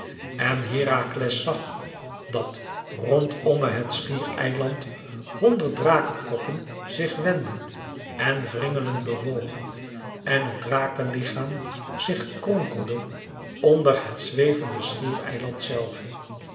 en herakles zag dat rondomme het schiereiland honderd drakekoppen zich wendend en wringelend bewogen en het drakelichaam zich kronkelde onder het zwevende schiereiland zelve